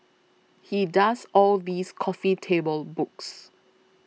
he does all these coffee table books